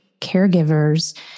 caregivers